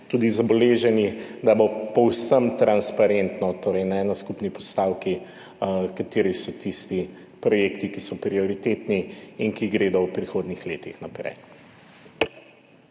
način zabeleženi, da bo povsem transparentno, torej ne na skupni postavki, kateri so tisti projekti, ki so prioritetni in ki gredo v prihodnjih letih naprej.